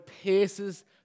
pierces